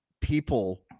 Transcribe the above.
people